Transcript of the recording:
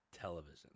television